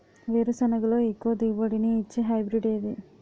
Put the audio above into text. వేరుసెనగ లో ఎక్కువ దిగుబడి నీ ఇచ్చే హైబ్రిడ్ ఏది?